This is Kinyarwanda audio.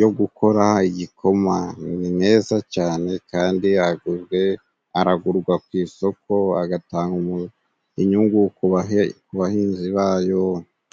yo gukora igikoma. Ni meza cyane kandi aragurwa ku isoko agatanga inyungu ku bahinzi bayo.